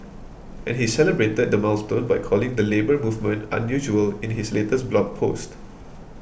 and he celebrated the milestone by calling the Labour Movement unusual in his latest blog post